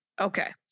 Okay